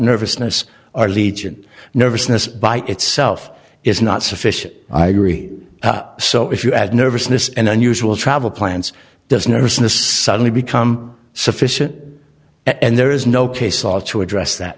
nervousness are legion nervousness by itself is not sufficient i agree so if you add nervousness and unusual travel plans does nervousness suddenly become sufficient and there is no case law to address that